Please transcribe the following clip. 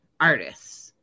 artists